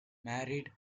married